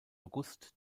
august